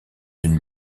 d’une